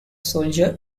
soldier